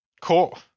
Cool